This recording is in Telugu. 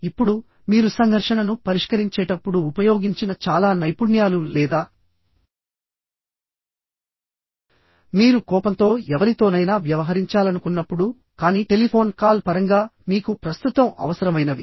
ఇప్పుడు మీరు సంఘర్షణను పరిష్కరించేటప్పుడు ఉపయోగించిన చాలా నైపుణ్యాలు లేదా మీరు కోపంతో ఎవరితోనైనా వ్యవహరించాలనుకున్నప్పుడు కానీ టెలిఫోన్ కాల్ పరంగా మీకు ప్రస్తుతం అవసరమైనవి